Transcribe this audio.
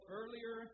earlier